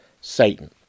Satan